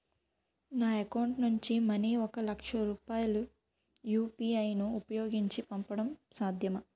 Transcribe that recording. నా అకౌంట్ నుంచి మనీ ఒక లక్ష రూపాయలు యు.పి.ఐ ను ఉపయోగించి పంపడం సాధ్యమా?